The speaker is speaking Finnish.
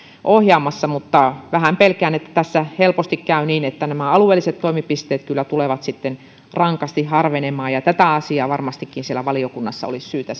ohjaamassa vähän pelkään että tässä helposti käy niin että nämä alueelliset toimipisteet kyllä tulevat sitten rankasti harvenemaan ja tätä asiaa varmastikin siellä valiokunnassa olisi syytä